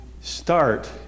start